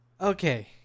Okay